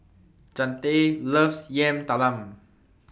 Chante loves Yam Talam